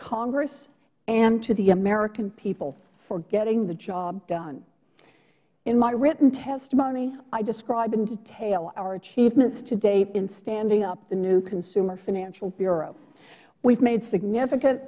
congress and to the american people for getting the job done in my written testimony i describe in detail our achievements to date in standing up the new consumer financial bureau we have made significant